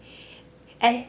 and